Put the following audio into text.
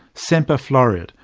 semper floreat,